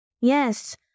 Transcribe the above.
Yes